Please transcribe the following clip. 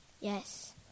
Yes